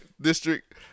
District